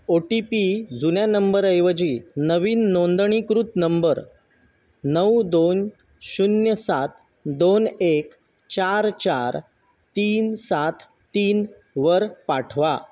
ओ T P जुन्या नंबरऐवजी नवीन नोंदणीकृत नंबर नऊ दोन शून्य सात दोन एक चार चार तीन सात तीन वर पाठवा